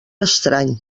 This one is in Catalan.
estrany